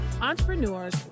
entrepreneurs